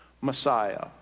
Messiah